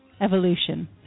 evolution